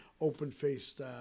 open-faced